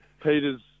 Peter's